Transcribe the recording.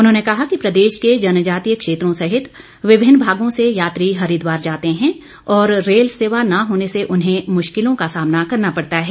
उन्होंने कहा कि प्रदेश के जनजातीय क्षेत्रों सहित विभिन्न भागों से यात्री हरिद्वार जाते है और रेल सेवा न होने से उन्हें मुश्किलों का सामना करना पड़ता है